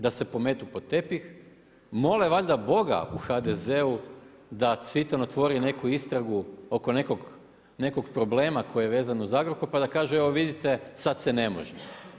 Da se pometu pod tepih, mole valjda Boga u HDZ-u da Cvitan otvori neku istragu oko nekog problema koji je vezan uz Agrokor, pa da kažu evo vidite, sad se ne može.